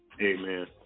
Amen